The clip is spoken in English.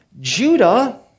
Judah